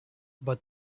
but